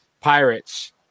Pirates